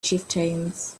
chieftains